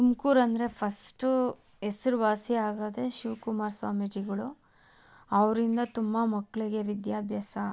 ತುಮಕೂರಂದ್ರೆ first ಹೆಸ್ರುವಾಸಿ ಆಗೋದೇ ಶಿವಕುಮಾರ್ ಸ್ವಾಮೀಜಿಗಳು ಅವರಿಂದ ತುಂಬ ಮಕ್ಕಳಿಗೆ ವಿದ್ಯಾಭ್ಯಾಸ